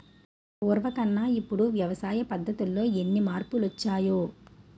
పూర్వకన్నా ఇప్పుడు వ్యవసాయ పద్ధతుల్లో ఎన్ని మార్పులొచ్చాయో